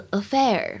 affair